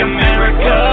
America